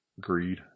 greed